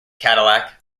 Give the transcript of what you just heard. cadillac